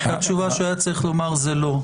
התשובה שהוא היה צריך לומר זה לא.